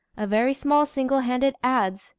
a very small single-handed adze,